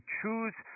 choose